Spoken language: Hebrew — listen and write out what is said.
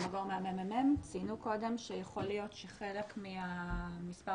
ציינו קודם שיכול להיות שחלק מהמספר